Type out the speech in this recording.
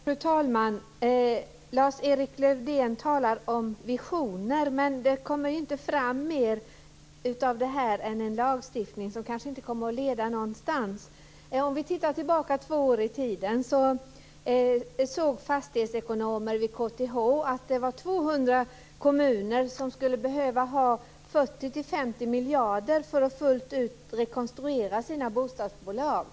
Fru talman! Lars-Erik Lövdén talar om visioner, men det kommer inte fram mer av det här än en lagstiftning som kanske inte kommer att leda någonstans. Vi kan titta tillbaka två år i tiden. Då såg fastighetsekonomer vid KTH att 200 kommuner skulle behöva ha 40-50 miljarder för att fullt ut rekonstruera sina bostadsbolag.